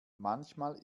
manchmal